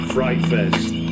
Frightfest